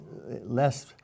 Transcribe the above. less